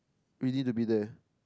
we need to be there